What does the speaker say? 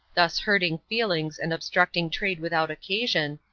thus hurting feelings and obstructing trade without occasion,